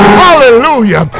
hallelujah